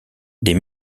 des